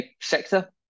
sector